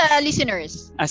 listeners